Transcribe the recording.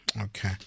Okay